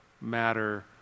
matter